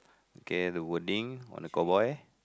okay the wording on the cowboy